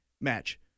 match